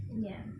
ya